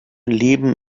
leben